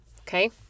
Okay